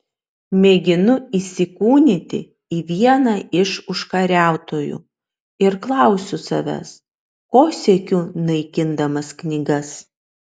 mėginu įsikūnyti į vieną iš užkariautojų ir klausiu savęs ko siekiu naikindamas knygas